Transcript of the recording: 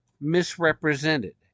misrepresented